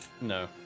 No